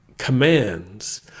commands